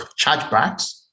chargebacks